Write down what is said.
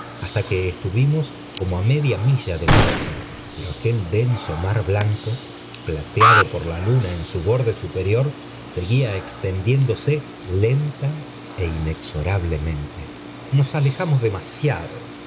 hasta que estuvimos comí á media milla de la casa pero aquel denso ml v blanco plateado por la luna en su borde guperiot seguía extendiéndose lenta é inexorablemoul nos alejamos demasiado